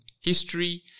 history